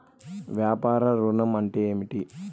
వ్యాపార ఋణం అంటే ఏమిటి?